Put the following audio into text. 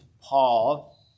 Paul